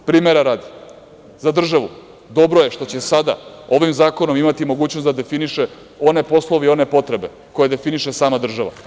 Primera radi, za državu dobro je što će sada ovim zakonom imati mogućnost da definiše one poslove i one potrebe koje definiše sama država.